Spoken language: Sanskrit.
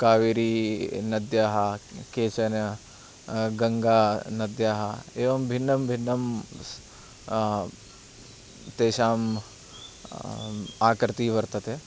कावेरीनद्याः केचन गङ्गानद्याः एवं भिन्नं भिन्नं तेषाम् आकृतिः वर्तते